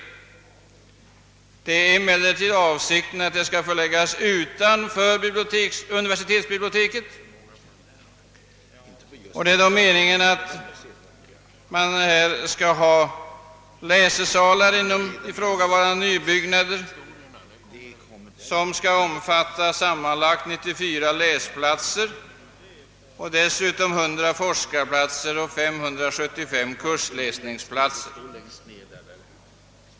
Avsikten är emellertid att nybyggnaderna skall förläggas utanför universitetsbiblioteket. De planerade läsesalarna skall — bortsett från institutionsbiblioteket med sammanlagt 94 läsplatser — dessutom omfattar 100 forskarplatser och 575 kursläsningsplatser.